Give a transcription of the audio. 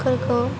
फोरखौ